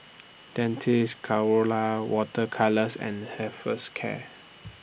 Dentiste Colora Water Colours and